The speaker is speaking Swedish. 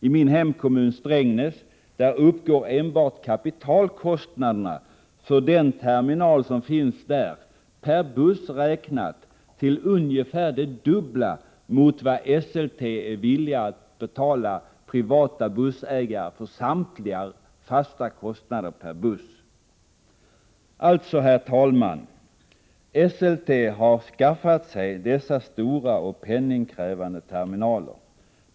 I min hemkommun, Strängnäs, uppgår enbart kapitalkostnaderna för terminalen där, per buss räknat, till ungefär dubbelt mer än vad SLT är villigt att betala privata bussägare för samtliga fasta kostnader per buss. Alltså, herr talman, SLT har skaffat sig dessa stora och penningkrävande terminaler.